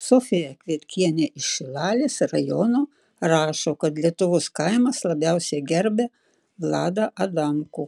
sofija kvietkienė iš šilalės rajono rašo kad lietuvos kaimas labiausiai gerbia vladą adamkų